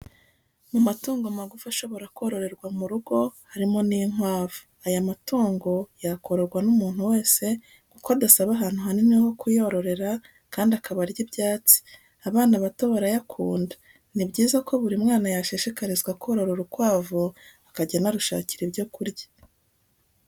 Mu matungo magufi ashobora kororerwa mu rugo harimo n'inkwavu, aya matungo yakororwa n'umuntu wese kuko adasaba ahantu hanini ho kuyororera kandi akaba arya ibyatsi, abana bato barayakunda, ni byiza ko buri mwana yashishikarizwa korora urukwavu akajya anarushakira ibyo kurya.